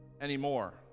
anymore